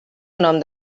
nom